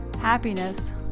Happiness